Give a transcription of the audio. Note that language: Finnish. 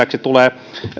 lisäksi tulee